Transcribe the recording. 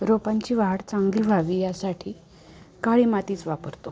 रोपांची वाढ चांगली व्हावी यासाठी काळी मातीच वापरतो